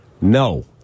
No